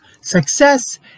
Success